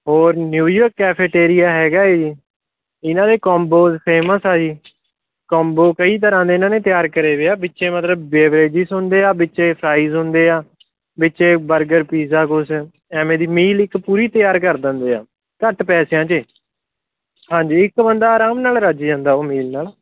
ਹੋਰ New York cafeteria ਹੈਗਾ ਹੈ ਇਹਨਾਂ ਦੇ ਕੰਬੋਜ ਫੇਮਸ ਆ ਜੀ ਕੰਬੋ ਕਈ ਤਰ੍ਹਾਂ ਦੇ ਇਹਨਾਂ ਨੇ ਤਿਆਰ ਕਰੇ ਹੋਏ ਆ ਵਿੱਚ ਮਤਲਬ ਬੇਵਰੇਜੀਜ ਹੁੰਦੇ ਆ ਵਿੱਚ ਫਰਾਈਜ ਹੁੰਦੇ ਆ ਵਿੱਚ ਬਰਗਰ ਪੀਜ਼ਾ ਕੁਛ ਐਵੇਂ ਦੀ ਮੀਲ ਇੱਕ ਪੂਰੀ ਤਿਆਰ ਕਰ ਦਿੰਦੇ ਆ ਘੱਟ ਪੈਸਿਆਂ 'ਚ ਹਾਂਜੀ ਇੱਕ ਬੰਦਾ ਆਰਾਮ ਨਾਲ ਰੱਜ ਜਾਂਦਾ ਉਹ ਮੀਲ ਨਾਲ